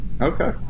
Okay